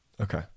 okay